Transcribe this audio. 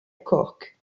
cork